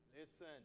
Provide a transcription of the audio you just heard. Listen